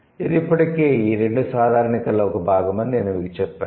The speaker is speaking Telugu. ఇది ఇప్పటికే ఈ 2 సాధారణీకరణలలో ఒక భాగమని నేను మీకు చెప్పాను